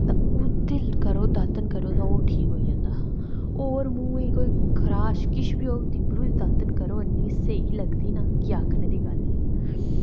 ओह् करो तां दातन करो तां ठीक होई जंदा होर मूहैं ई कोई खराश किश बी होऐ तिंबरू दी दातन करो ना इन्नी स्हेई ऐ की आखने दी गल्ल नी